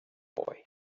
boy